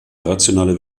rationale